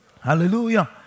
Hallelujah